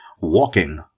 walking